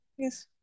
Yes